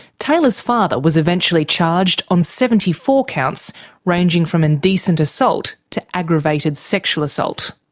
taylor's father was eventually charged on seventy four counts ranging from indecent assault to aggravated sexual assault.